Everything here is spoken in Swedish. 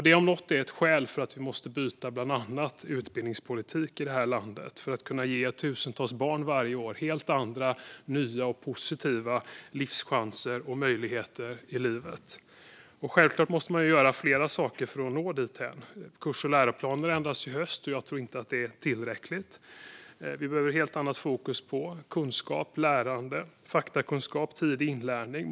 Det om något är ett skäl för att vi måste byta bland annat utbildningspolitik i det här landet för att kunna ge tusentals barn varje år helt andra, nya och positiva livschanser och möjligheter i livet. Självklart måste man göra flera saker för att nå dithän. Kurs och läroplaner ändras i höst. Jag tror inte att det är tillräckligt. Vi behöver ett helt annat fokus på kunskap, lärande, faktakunskap och tidig inlärning.